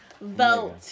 Vote